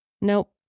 Nope